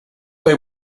they